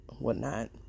whatnot